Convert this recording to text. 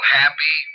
happy